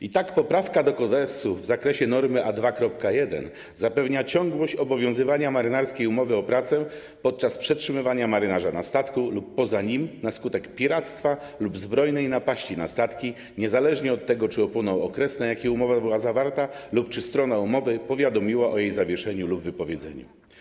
I tak poprawka do konwencji w zakresie normy A2.1 zapewnia ciągłość obowiązywania marynarskiej umowy o pracę podczas przetrzymywania marynarza na statku lub poza nim na skutek piractwa lub zbrojnej napaści na statki, niezależnie od tego, czy upłynął okres, na jaki umowa była zawarta lub czy strona umowy powiadomiła o jej zawieszeniu lub wypowiedzeniu.